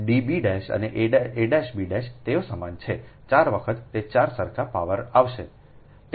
અને તે જ રીતે db'અનેa'b' તેઓ સમાન છે 4 વખત તે 4 સરખા પાવર પર આવશે